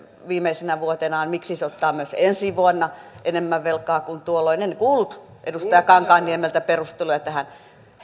viimeisenä vuotenaan miksi se ottaa myös ensi vuonna enemmän velkaa kuin tuolloin otettiin en kuullut edustaja kankaanniemeltä perusteluja tähän